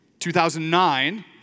2009